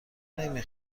نمی